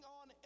on